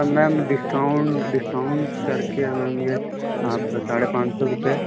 ma'am discount discount करके ma'am यह आपका साढ़े पाँच सौ रुपये